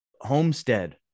homestead